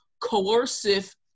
coercive